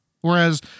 whereas